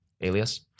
Alias